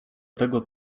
tego